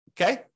okay